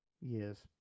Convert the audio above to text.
Yes